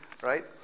right